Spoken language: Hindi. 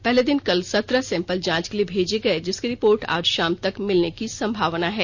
पहले दिन कल सत्रह सैंपल जांच के लिए भेजे गये जिसकी रिपोर्ट आज षाम तक मिलने की संभावना है